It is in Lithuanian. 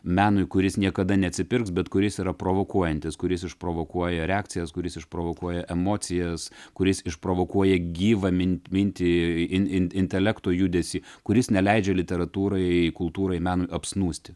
menui kuris niekada neatsipirks bet kuris yra provokuojantis kuris išprovokuoja reakcijas kuris išprovokuoja emocijas kuris išprovokuoja gyvą min mintį in in intelekto judesį kuris neleidžia literatūrai kultūrai menui apsnūsti